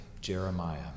Jeremiah